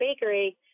bakery